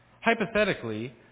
hypothetically